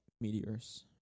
meteors